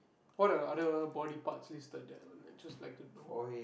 what are the other body parts listed that the lecturers like to know